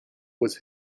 was